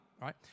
right